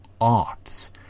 arts